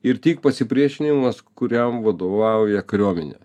ir tik pasipriešinimas kuriam vadovauja kariuomenė